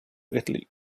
italy